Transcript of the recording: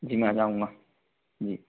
जी मैं आ जाऊँगा जी